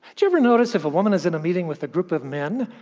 you ever notice if a woman is in a meeting with a group of men,